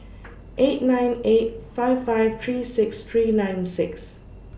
eight nine eight five five three six three nine six